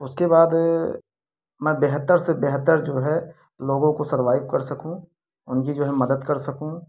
उसके बाद मैं बेहतर से बेहतर जो है लोगों को सरवाइब कर सकूँ उनकी जो है मदद कर सकूँ